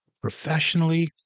professionally